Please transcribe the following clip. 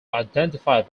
identified